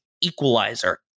equalizer